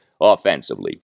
offensively